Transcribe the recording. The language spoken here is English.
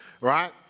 Right